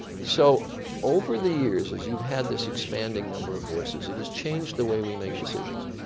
so over the years as you've had this expanding number of voices, it has changed the way we make decisions.